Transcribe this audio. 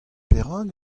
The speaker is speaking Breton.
perak